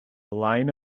line